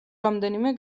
რამდენიმე